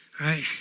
right